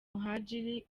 muhadjili